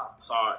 sorry